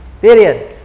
Period